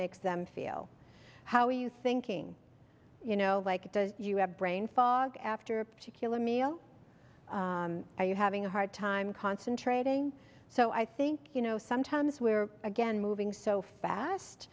makes them feel how are you thinking you know like it does you have brain fog after a particular meal or are you having a hard time concentrating so i think you know sometimes we're again moving so fast